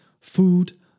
Food